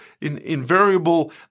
invariable